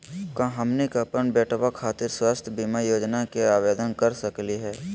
का हमनी के अपन बेटवा खातिर स्वास्थ्य बीमा योजना के आवेदन करे सकली हे?